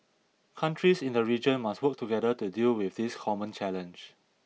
countries in the region must work together to deal with this common challenge